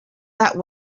that